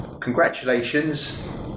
congratulations